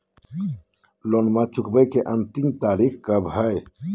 लोनमा चुकबे के अंतिम तारीख कब हय?